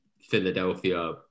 philadelphia